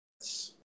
Yes